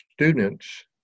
students